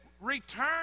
Return